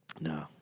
No